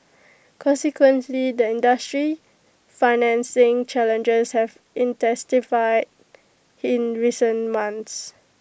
consequently the industry's financing challenges have intensified in recent months